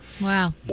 Wow